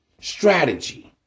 Strategy